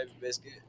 biscuit